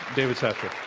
david satcher.